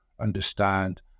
Understand